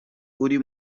uri